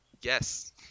Yes